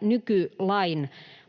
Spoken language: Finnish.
nykylain